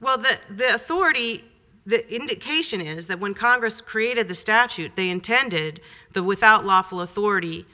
well this this story the indication is that when congress created the statute they intended the without lawful authority